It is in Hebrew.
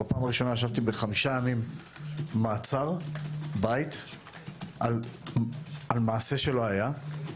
בפעם הראשונה ישבתי חמישה ימים במעצר בית על מעשה שלא היה.